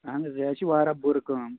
اَہَن حظ یہِ حظ چھِ واریاہ بُرٕ کٲم